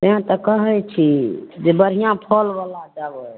तेँ तऽ कहै छी जे बढ़िआँ फलवला देबै